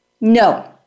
No